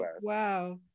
wow